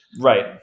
right